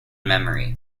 memory